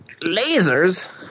Lasers